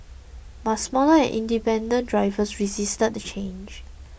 but smaller and independent drivers resisted the change